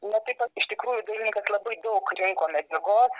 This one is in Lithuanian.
na taip pat iš tikrųjų dailininkas labai daug rinko medžiagos